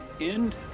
end